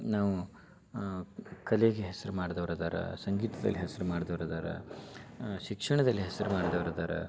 ನಾವು ಕಲೆಗೆ ಹೆಸ್ರು ಮಾಡಿದವ್ರು ಅದಾರ ಸಂಗೀತದಲ್ಲಿ ಹೆಸ್ರು ಮಾಡ್ದೋರು ಅದಾರ ಶಿಕ್ಷಣದಲ್ಲಿ ಹೆಸ್ರು ಮಾಡ್ದೋರು ಅದಾರ